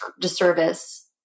disservice